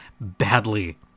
badly